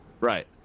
Right